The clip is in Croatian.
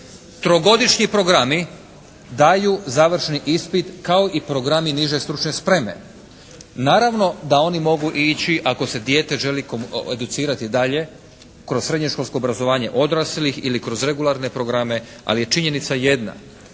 Trogodišnji programi daju završni ispit kao i programi niže stručne spreme. Naravno da oni mogu ići ako se dijete želi educirati dalje kroz srednjoškolsko obrazovanje odraslih ili kroz regularne programe, ali je činjenica jedna